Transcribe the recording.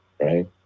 right